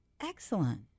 Excellent